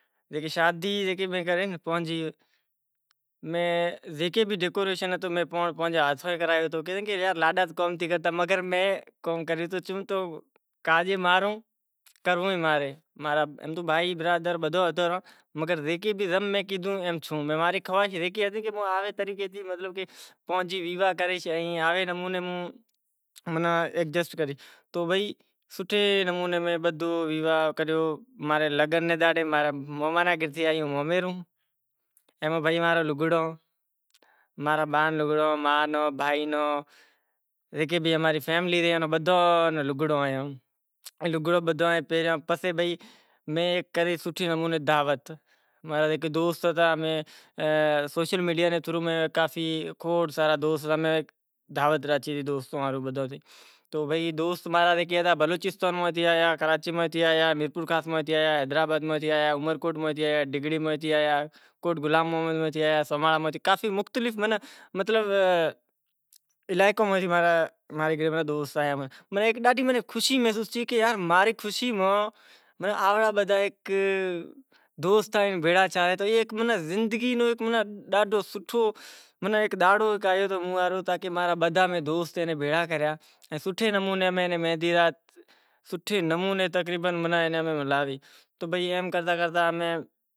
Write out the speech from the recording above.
سی ای رسم کرے ورے اماڑی تھوڑا گھنڑو رسم ہوئے تو وڑے زانڑو پڑے واپسی تو بابا امیں اینے جا وڑے اماں رے رواج میں روٹلو کھورائنڑ لائے منگوائے سیں جیکے اماں کنے بوٹ پہراواے واڑو ہوسے تو میں کھادھیوں تو نیرانے چکر تھیو تو موں۔ موں بیٹھلو تو موں رو ہاڑو سے تو میں بوٹ اتاریو تو تاڑیو ریو تو میں کیدہو کرے شوں رو۔ ٹھیک سے تو بابا تھوڑی دیر تھی تو نیٹھ پہری گیا باہرے پسے بئے ٹے منٹ بیشے وڑے ٹیم پیریڈ ہوئے تو زانڑو پڑے واپسی ائیں باراتی زکو ہتو کافی وسارا نیہرے گیا باہر تو ایئاں نیں آہستے آہستے روانو کریو تو موں ماں ری لاڈی روتی روتی آوی تو ڈوشیں تو شوں ویواہ تھے تو ویواہ ماں اوں ئی روشیں تو رات نا ست تھیا گھرے پوہتا۔